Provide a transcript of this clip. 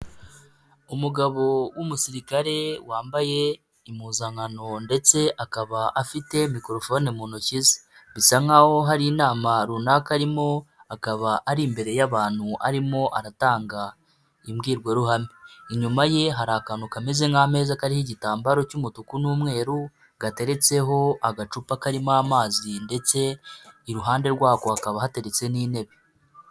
Umugabo w'umusirikare wambaye impuzankano ndetse akaba afite mikorofone mu ntoki ze. Bisa nk'aho hari inama runaka arimo, akaba ari imbere y'abantu arimo aratanga imbwirwaruhame. Inyuma ye hari akantu kameze nk'ameza, kariho igitambaro cy'umutuku n'umweru gateretseho agacupa karimo amazi ndetse iruhande rwako hakaba hateretse n'intebe.